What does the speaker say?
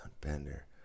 Bender